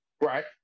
Right